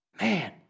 Man